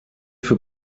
für